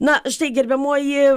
na štai gerbiamoji